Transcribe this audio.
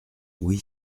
oui